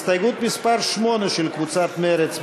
הסתייגות מס' 8 של קבוצת מרצ.